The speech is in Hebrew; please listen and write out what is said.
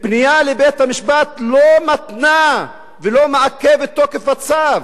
פנייה לבית-המשפט לא מתנה ולא מעכבת את תוקף הצו,